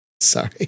sorry